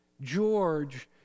George